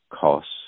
costs